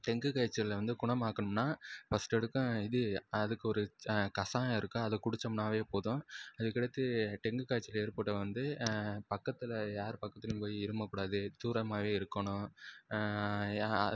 dengue காய்ச்சல்லை வந்து குணமாக்கணும்னால் ஃபஸ்ட்டு எதுக்கும் இது அதுக்கு ஒரு கசாயம் இருக்கும் அது குடிச்சோம்னாவே போதும் அதுக்கடுத்து டெங்கு காய்ச்சல் ஏற்பட்டவங்க வந்து பக்கத்தில் யார் பக்கத்துலேயும் போய் இருமக்கூடாது தூரமாகவே இருக்கணும்